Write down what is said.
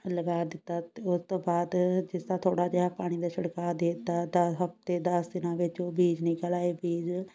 ਲਗਾ ਦਿੱਤਾ ਉਹ ਤੋਂ ਬਾਅਦ ਜਿਸ ਤਰਾਂ ਥੋੜ੍ਹਾ ਜਿਹਾ ਪਾਣੀ ਦਾ ਛਿੜਕਾਅ ਦੇ ਦਿੱਤਾ ਤਾਂ ਹਫਤੇ ਦਸ ਦਿਨਾਂ ਵਿੱਚ ਉਹ ਬੀਜ ਨਿਕਲ ਆਏ ਬੀਜ